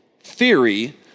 theory